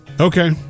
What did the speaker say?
Okay